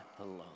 alone